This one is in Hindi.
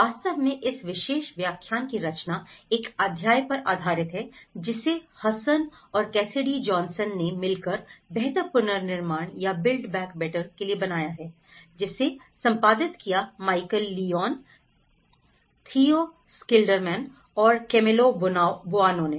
वास्तव में इस विशेष व्याख्यान की रचना एक अध्याय पर आधारित है जिसे हसन और कैसिडी जॉनसन ने मिलकर बेहतर पुनर्निर्माण या बिल्ड बैक बैटर के लिए बनाया है जिसे संपादित किया माइकल लियोन थियो स्किलडरमैन और कैमिलो बोआनो ने